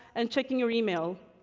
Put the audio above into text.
and checking your email.